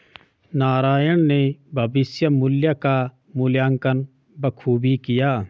नारायण ने भविष्य मुल्य का मूल्यांकन बखूबी किया